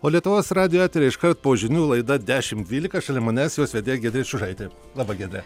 o lietuvos radijo eteryje iškart po žinių laida dešim dvylika šalia manęs jos vedėja giedrė čiužaitė laba giedre